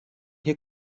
hier